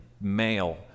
male